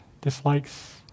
dislikes